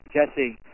Jesse